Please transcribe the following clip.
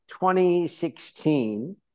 2016